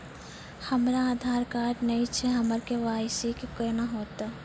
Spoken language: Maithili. हमरा आधार कार्ड नई छै हमर के.वाई.सी कोना हैत?